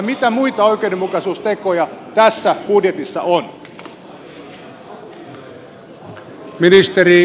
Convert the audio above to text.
mitä muita oikeudenmukaisuustekoja tässä budjetissa on